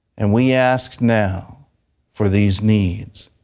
and we ask now for these needs.